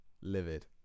livid